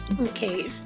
Okay